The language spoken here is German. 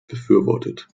befürwortet